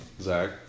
Zach